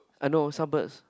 I know suburbs